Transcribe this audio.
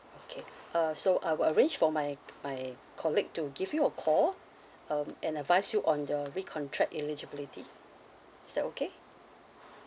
okay uh so I will arrange for my my colleague to give you a call uh and advise you on your recontract eligibility is that okay